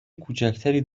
کوچکتری